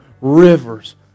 rivers